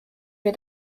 wir